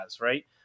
right